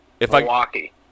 Milwaukee